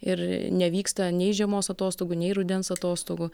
ir nevyksta nei žiemos atostogų nei rudens atostogų